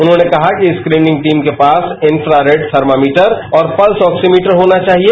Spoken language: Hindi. उन्होंने कहा कि स्क्रीनिंग टीम के पास इंफ्रारेड थर्मामीटर और पल्स ऑक्सीमीटर होना चाहिए